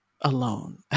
alone